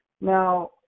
Now